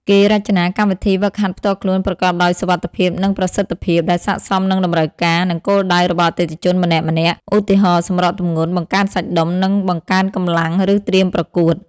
គេរចនាកម្មវិធីហ្វឹកហាត់ផ្ទាល់ខ្លួនប្រកបដោយសុវត្ថិភាព និងប្រសិទ្ធភាព ដែលស័ក្តិសមនឹងតម្រូវការ និងគោលដៅរបស់អតិថិជនម្នាក់ៗ ឧទាហរណ៍៖ សម្រកទម្ងន់ បង្កើនសាច់ដុំ បង្កើនកម្លាំង ឬត្រៀមប្រកួត។